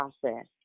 process